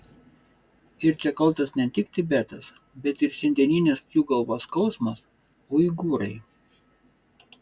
ir čia kaltas ne tik tibetas bet ir šiandieninis jų galvos skausmas uigūrai